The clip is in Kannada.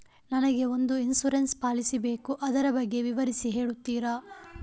ನನಗೆ ಒಂದು ಇನ್ಸೂರೆನ್ಸ್ ಪಾಲಿಸಿ ಬೇಕು ಅದರ ಬಗ್ಗೆ ವಿವರಿಸಿ ಹೇಳುತ್ತೀರಾ?